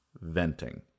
venting